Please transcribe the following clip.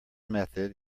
method